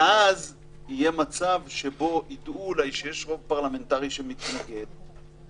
מקיימים דיון, מקיימים הצבעה.